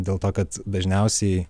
dėl to kad dažniausiai